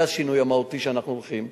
זה השינוי המהותי שאנחנו עורכים,